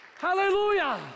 Hallelujah